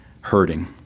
hurting